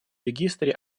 регистре